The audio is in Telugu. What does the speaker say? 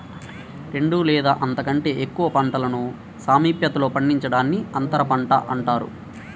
రెండు లేదా అంతకంటే ఎక్కువ పంటలను సామీప్యతలో పండించడాన్ని అంతరపంట అంటారు